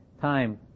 time